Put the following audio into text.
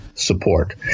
support